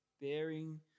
Bearing